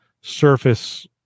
Surface